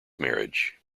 marriage